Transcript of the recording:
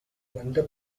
வந்த